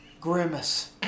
grimace